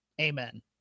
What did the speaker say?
Amen